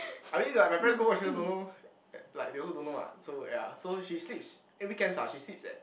I mean like my parents go work she also don't know and like they also don't know what so ya so she sleeps eh weekends ah she sleeps at